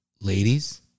Ladies